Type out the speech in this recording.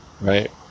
right